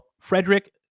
Frederick